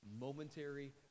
momentary